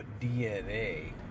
DNA